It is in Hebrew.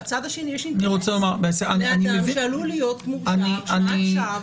בצד השני יש אינטרס שעלול להיות --- נאשמת שווא.